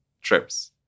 trips